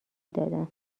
دادم